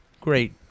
Great